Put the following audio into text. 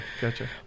gotcha